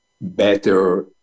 better